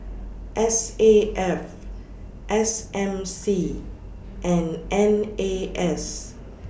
S A F S M C and N A S